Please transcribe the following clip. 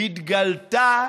התגלתה